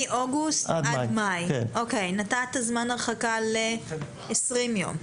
מאוגוסט עד מאי, ונתת זמן הרחקה ל-20 יום.